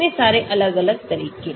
इतने सारे अलग अलग तरीके